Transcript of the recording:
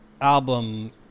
album